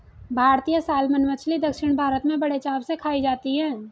भारतीय सालमन मछली दक्षिण भारत में बड़े चाव से खाई जाती है